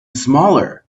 smaller